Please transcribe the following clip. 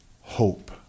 hope